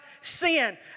sin